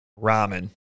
ramen